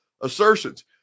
assertions